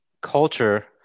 culture